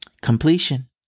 Completion